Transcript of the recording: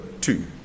two